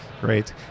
great